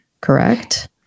correct